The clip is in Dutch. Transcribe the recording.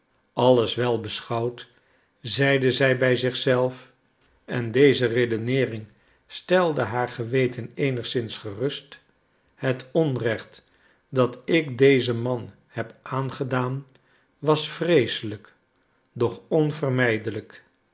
alles wel beschouwd zeide zij bij zich zelf en deze redeneering stelde haar geweten eenigszins gerust het onrecht dat ik dezen man heb aangedaan was vreeselijk doch onvermijdelijk